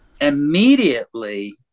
Immediately